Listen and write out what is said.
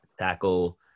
tackle